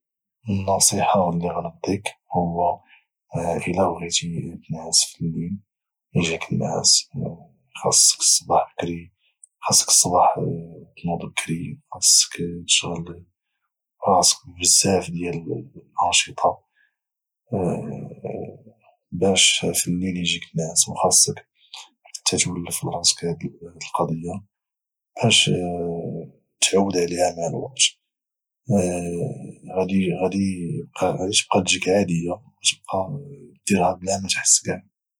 النصيحة اللي غنعطيك هو الى بغيتي تنعس في الليل اجيك النعاس خاصك الصباح تنوض بكري وخاصك تشغل راسك ببزاف ديال الأنشطة باش في الليل اجيك النعاس وخاصك حتى تولف لراسك هاد القضية باش اتعود عليها مع الوقت غاجي تبقى دجيك عادية غتبقى ديرها بلا متحس كاع